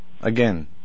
Again